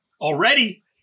Already